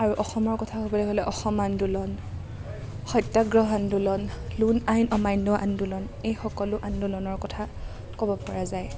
আৰু অসমৰ ক'বলৈ গ'লে অসম আন্দোলন সত্যাগ্ৰহ আন্দোলন লোণ আইন অমান্য আন্দোলন এই সকলো আন্দোলনৰ কথা ক'বপৰা যায়